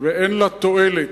ואין לה תועלת,